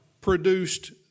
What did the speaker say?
produced